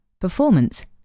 performance